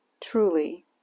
truly